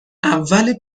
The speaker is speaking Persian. اول